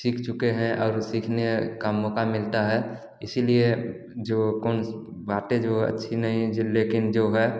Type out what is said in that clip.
सीख चुके हैं और सीखने का मौका मिलता है इसीलिए जो कोन्स बातें जो है अच्छी नहीं जो लेकिन जो है